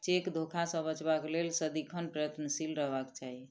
cheque धोखा सॅ बचबाक लेल सदिखन प्रयत्नशील रहबाक चाही